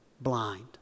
blind